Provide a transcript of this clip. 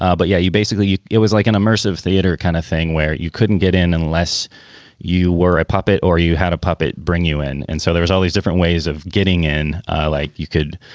ah but yeah, you basically it was like an immersive theater kind of thing where you couldn't get in unless you were a puppet or you had a puppet bring you in. and so there was all these different ways of getting in like you could.